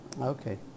Okay